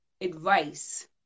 advice